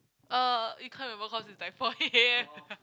uh you can't remember cause it's like four A_M